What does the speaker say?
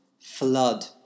flood